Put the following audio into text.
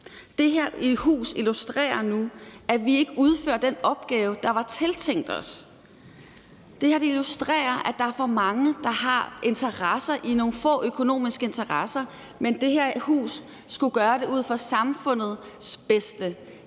Det her hus illustrerer nu, at vi ikke udfører den opgave, der var tiltænkt os. Det her illustrerer, at der er for mange, der har interesser nogle få økonomiske steder, men det her hus skulle gøre det ud fra samfundets bedste, ikke